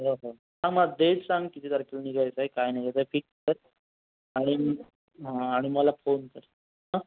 हो हो हां मला डेट सांग किती तारखेला निघायचं आहे काय निगायचं आहे फिक्स कर आणि आणि मला फोन कर हां